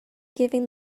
giving